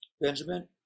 Benjamin